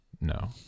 no